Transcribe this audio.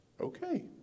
Okay